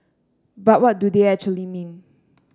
but what do they actually mean